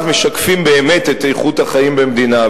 משקפים באמת את איכות החיים במדינה,